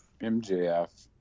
MJF